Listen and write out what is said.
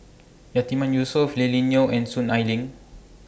Yatiman Yusof Lily Neo and Soon Ai Ling